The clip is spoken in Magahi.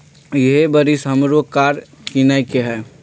इहे बरिस हमरो कार किनए के हइ